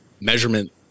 measurement